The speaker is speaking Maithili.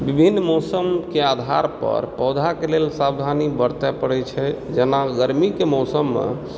विभिन्न मौसमके आधार पर पौधाकऽ लेल सावधानी बरतै पड़ैत छै जेना गरमीके मौसममे